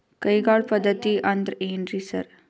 ಕೈಗಾಳ್ ಪದ್ಧತಿ ಅಂದ್ರ್ ಏನ್ರಿ ಸರ್?